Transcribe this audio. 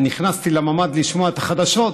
ונכנסתי לממ"ד לשמוע את החדשות,